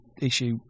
issue